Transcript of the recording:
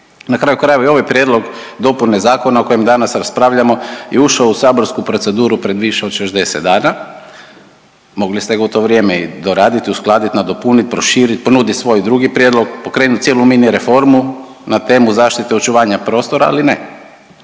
Na kraju krajeva i ovaj prijedlog dopune zakona o kojem danas raspravljamo je ušao u saborsku proceduru pred više od 60 dana. Mogli ste ga u to vrijeme i doraditi, uskladiti, nadopuniti, proširiti, ponuditi svoj drugi prijedlog, pokrenuti cijelu mini reformu na temu zaštite očuvanja prostora. Ali ne,